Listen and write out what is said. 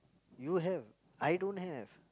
you have I don't have